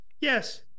yes